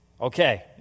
Okay